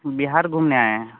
बिहार घूमने आए हैं